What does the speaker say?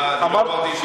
הבמה להתנגדות אלימה?